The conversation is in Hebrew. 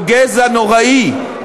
או גזע נוראי,